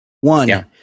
One